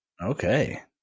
Okay